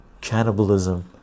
cannibalism